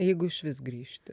jeigu išvis grįžti